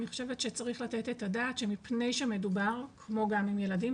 אני חושבת שצריך לתת את הדעת שמפני שמדובר כמו גם עם ילדים,